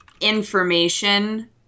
information